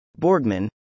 Borgman